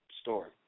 story